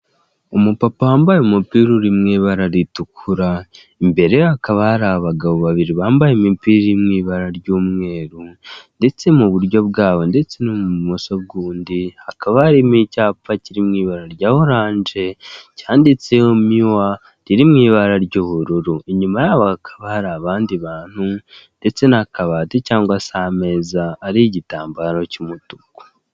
Umupapa wambaye umupira uri mu ibara ritukura, imbere ye hakaba hari abagabo babiri bambaye imipira irimo ibara ry'umweru ndetse mu buryo bwabo ndetse no m'ubumoso bw'undi hakaba hari icyapa kiri mu ibara rya orange cyanditseho Mua riri mu ibara ry'ubururu inyuma yaho hakaba hari abandi bantu ndetse n'akabati cyangwa se ameza ari igitambaro cy'umutuku.